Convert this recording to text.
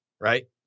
right